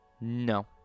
No